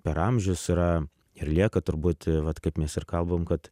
per amžius yra ir lieka turbūt vat kaip mes ir kalbam kad